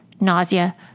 nausea